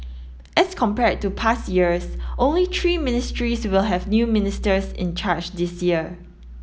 as compared to past years only three ministries will have new ministers in charge this year